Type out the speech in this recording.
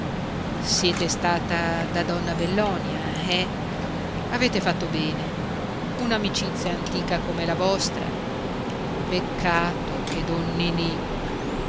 siete stata da donna bellonia eh avete fatto bene un'amicizia antica come la vostra peccato che